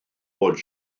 bod